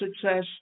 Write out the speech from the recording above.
Success